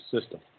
system